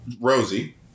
Rosie